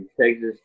Texas